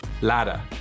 ladder